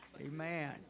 Amen